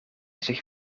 zich